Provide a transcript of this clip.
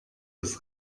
das